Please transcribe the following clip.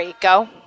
go